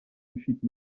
usciti